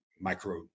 micro